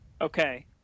Okay